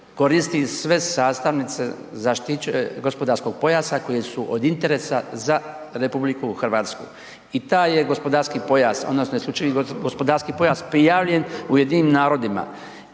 koristi sve sastavnice gospodarskog pojasa koje su od interesa za RH i taj je gospodarski pojas odnosno isključivi gospodarski pojas prijavljen u UN-u i a vi